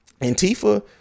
Antifa